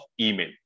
email